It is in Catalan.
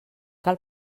cal